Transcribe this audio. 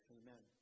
amen